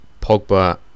Pogba